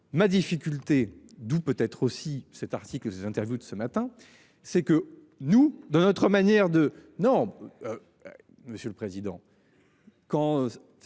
ma difficulté d'où peut être aussi cet article cette interview de ce matin, c'est que nous, dans notre manière de non. Monsieur le président. Quand.